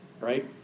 right